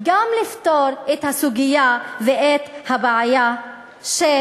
גם לפתור את הסוגיה ואת הבעיה של